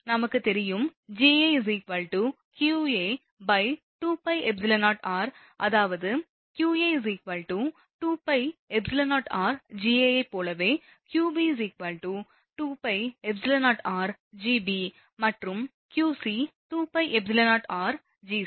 நமக்குத் தெரியும் Ga qa2πεor அதாவது qa 2πεorGa ஐப் போலவே qb 2πεorGb மற்றும் qc 2πεorGc